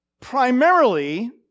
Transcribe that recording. primarily